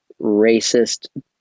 racist